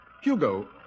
Hugo